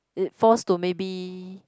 it force to maybe